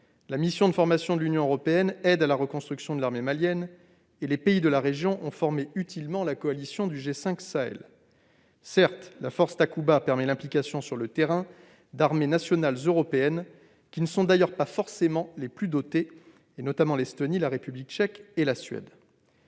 la mission de formation de l'Union européenne aide à la reconstruction de l'armée malienne et les pays de la région ont formé utilement la coalition du G5 Sahel. Certes, la force Takuba permet l'implication sur le terrain d'armées nationales européennes qui ne sont d'ailleurs pas forcément les plus dotées, notamment celles de l'Estonie, de la République tchèque et de la Suède.